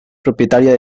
propietaria